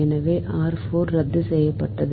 எனவே ரத்து செய்யப்படும்